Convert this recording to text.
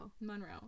Monroe